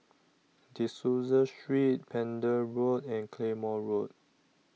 De Souza Street Pender Road and Claymore Road